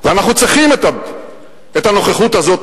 ואנחנו צריכים את הנוכחות הזאת,